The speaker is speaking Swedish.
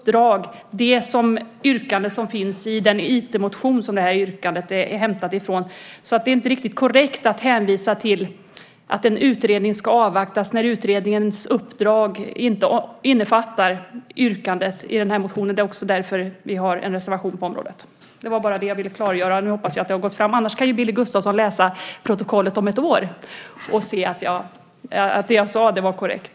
Detta yrkande, som finns i en IT-motion, ryms inte i Integritetsskyddskommitténs uppdrag. Det är inte riktigt korrekt att hänvisa till att man avvaktar en utredning när utredningens uppdrag inte innefattar yrkandet i den här motionen. Det är också därför som vi har en reservation i frågan. Det var detta jag ville klargöra. Annars kan ju Billy Gustafsson alltid läsa protokollet om ett år och se att det jag säger nu är korrekt.